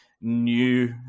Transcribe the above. new